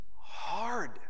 hard